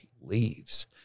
leaves